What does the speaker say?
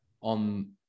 on